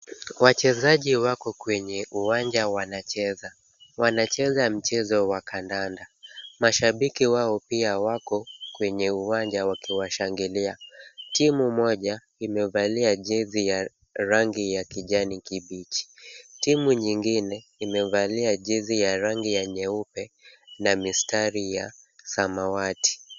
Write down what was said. Wachezaji wako kwenye uwanja wanacheza. Wanacheza mchezo wa kandanda. Mashabiki wao pia wako kwenye uwanja wakiwashangilia. Timu moja, imevalia jezi ya rangi ya kijani kibichi. Timu nyingine, imevalia jezi ya rangi ya nyeupe, na mistari ya samawati.